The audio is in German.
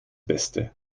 beste